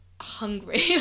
hungry